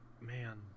man